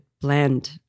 blend